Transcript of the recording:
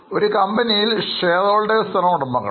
ഒരു കമ്പനിയിൽ shareholders ആണ് ഉടമകൾ